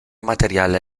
materiale